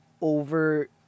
over